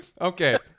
Okay